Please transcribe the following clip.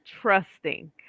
trusting